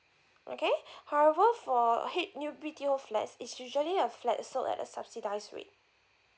okay however for H~ new B_T_O flats it's usually a flat sold at a subsidised rate